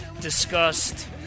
discussed